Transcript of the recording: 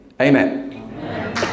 Amen